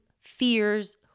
fears